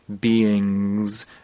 beings